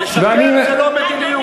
לעמוד ולשקר זה לא מדיניות.